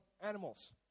animals